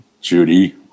Judy